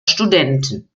studenten